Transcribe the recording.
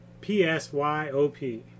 P-S-Y-O-P